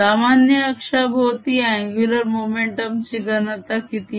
सामान्य अक्षाभोवती angular momentum ची घनता किती आहे